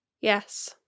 Yes